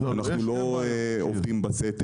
אתה מבין איפה הבעיה.